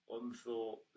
unthought